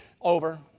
Over